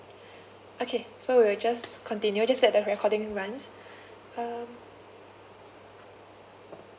okay so we'll just continue just let the recording runs um